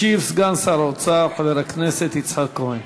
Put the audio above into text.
ישיב סגן שר האוצר חבר הכנסת יצחק כהן.